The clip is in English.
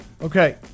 Okay